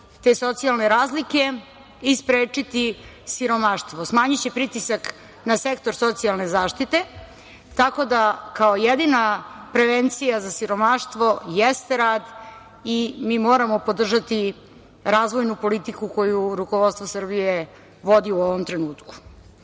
te socijalne razlike i sprečiti siromaštvo. Naime, smanjiće pritisak na sektor socijalne zaštite, tako da kao jedina prevencija za siromaštvo jeste rad i mi moramo podržati razvojnu politiku koju rukovodstvo Srbije vodi u ovom trenutku. Drugo